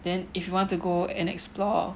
then if you want to go and explore